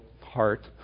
heart